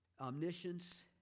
omniscience